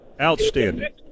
Outstanding